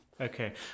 Okay